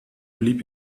bleibt